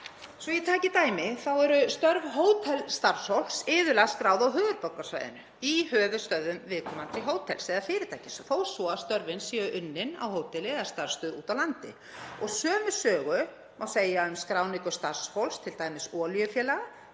Svo að ég taki dæmi eru störf hótelstarfsfólks iðulega skráð á höfuðborgarsvæðinu, í höfuðstöðvum viðkomandi hótels eða fyrirtækis, þó svo að störfin séu unnin á hóteli eða í starfsstöð úti á landi. Sömu sögu er að segja um skráningu starfsfólks, t.d. olíufélaga